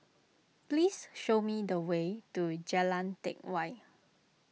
please show me the way to Jalan Teck Whye